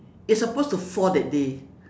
it's supposed to fall that day